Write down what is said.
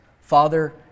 father